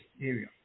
area